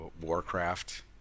Warcraft